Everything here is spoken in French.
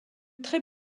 très